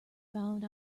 found